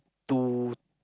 two